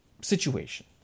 situation